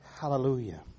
Hallelujah